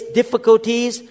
difficulties